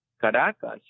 Caracas